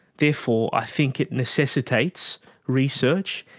therefore i think it necessitates research,